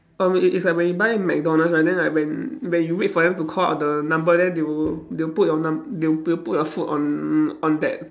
I mean i~ it's like when you buy McDonald's right then like when when you wait for them to call out the number then they will they will put your num~ they'll they'll put the food on on that